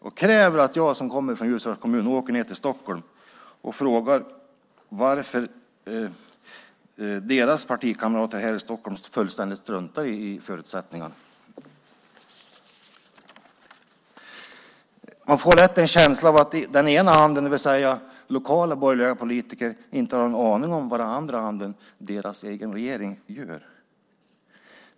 De kräver att jag som kommer från Ljusdals kommun åker ned till Stockholm och frågar varför deras partikamrater här i Stockholm fullständigt struntar i förutsättningarna. Man får lätt en känsla av att den ena handen, det vill säga lokala borgerliga politiker, inte har en aning om vad den andra handen, deras egen regering, gör.